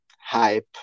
hype